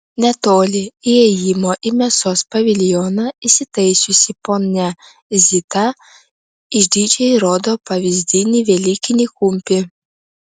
netoli įėjimo į mėsos paviljoną įsitaisiusi ponia zita išdidžiai rodo pavyzdinį velykinį kumpį